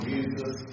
Jesus